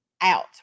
out